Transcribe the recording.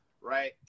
right